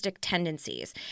tendencies